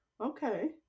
okay